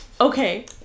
Okay